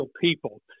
people